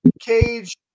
Cage